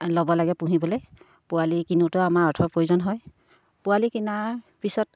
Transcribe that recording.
ল'ব লাগে পুহিবলে পোৱালি কিনোতেও আমাৰ অৰ্থৰ প্ৰয়োজন হয় পোৱালি কিনাৰ পিছত